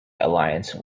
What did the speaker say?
alliance